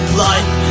life